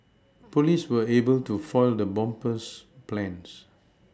police were able to foil the bomber's plans